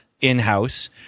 in-house